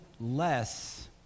less